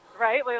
right